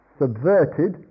subverted